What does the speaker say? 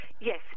Yes